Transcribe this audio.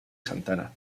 santana